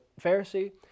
Pharisee